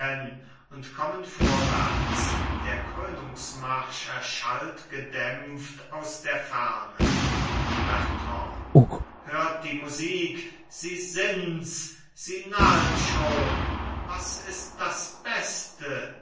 und kommen vorwärts der krönungsmarsch erschallt gedämpft aus der ferne bertrand hört die musik sie sinds sie nahen schon was ist das beste